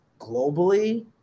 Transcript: globally